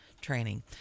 training